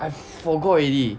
I forgot already